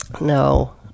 No